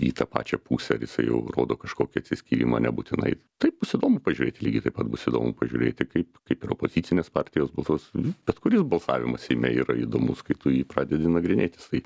į tą pačią pusę ar jisai jau rodo kažkokį atsiskyrimą nebūtinai taip bus įdomu pažiūrėti lygiai taip pat bus įdomu pažiūrėti kaip kaip ir opozicinės partijos balsuos bet kuris balsavimas seime yra įdomus kai tu jį pradedi nagrinėtis tai